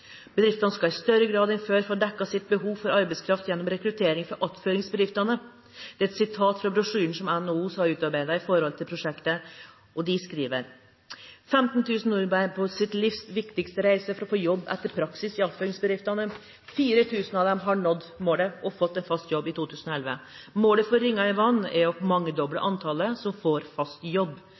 Bedriftene skal i større grad enn før få dekket sitt behov for arbeidskraft gjennom rekruttering fra attføringsbedrifter. Dette er et sitat fra brosjyren som NHO har utarbeidet for prosjektet. De skriver: «15.000 nordmenn er på «sitt livs viktigste reise» for å få jobb etter praksis i attføringsbedriftene. 4.000 av dem har nådd målet og fått en fast jobb i 2011. Målet med «Ringer i vannet» er å mangedoble antallet som får fast jobb.